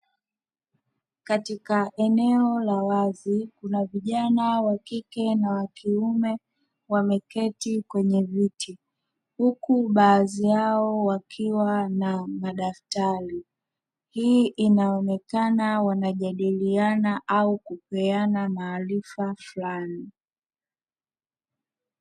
Katika eneo la wazi kuna vijana wa kike na wa kiume, wameketi kwenye viti. Huku baadhi yao wakiwa na madaftari, hii inaonekana wanajadiliana au kupeana maarifa fulani.